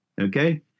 okay